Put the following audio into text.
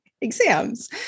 exams